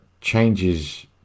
changes